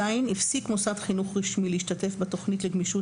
(ז)הפסיק מוסד חינוך רשמי להשתתף בתוכנית לגמישות